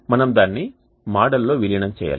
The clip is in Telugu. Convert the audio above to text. మనము దానిని మోడల్లో విలీనం చేయాలి